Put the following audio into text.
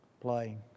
playing